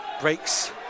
Breaks